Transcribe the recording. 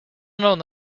known